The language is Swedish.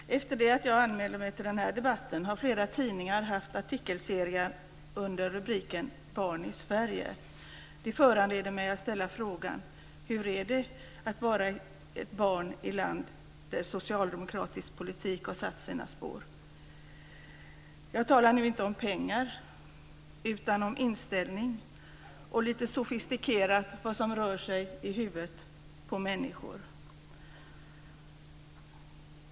Fru talman! Efter det att jag anmälde mig till den här debatten har flera tidningar haft artikelserier under rubriken Barn i Sverige. Det föranleder mig att ställa frågan hur det är att vara barn i ett land där socialdemokratisk politik har satt sina spår. Jag talar nu inte om pengar utan om inställning, lite sofistikerat uttryckt vad som rör sig i huvudet på människor.